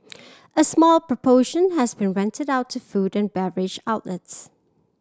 a small proportion has been rented out to food and beverage outlets